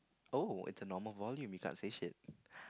oh it's a normal volume you can't say shit